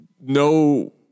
no